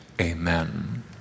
Amen